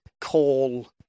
call